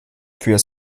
für